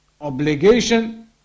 obligation